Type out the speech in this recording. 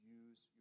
use